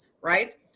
right